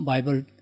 Bible